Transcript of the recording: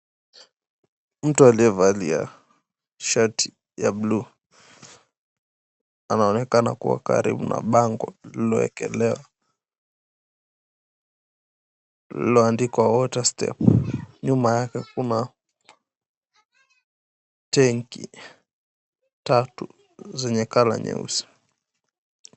Mtu aliyevalia shati ya bluu anaonekana kuwa karibu na bango lililoekelewa, lililoandikwa Water Step. Nyuma yake kuna tangi tatu zenye colour nyeusi.